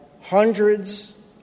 hundreds